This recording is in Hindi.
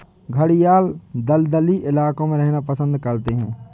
घड़ियाल दलदली इलाकों में रहना पसंद करते हैं